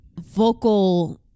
vocal